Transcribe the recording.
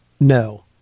No